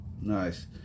Nice